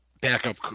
Backup